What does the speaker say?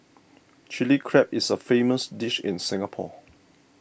Chilli Crab is a famous dish in Singapore